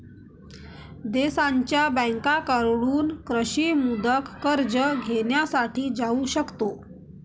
देशांच्या बँकांकडून कृषी मुदत कर्ज घेण्यासाठी जाऊ शकतो